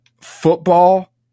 Football